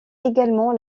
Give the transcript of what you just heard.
également